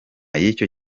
y’icyo